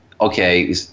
Okay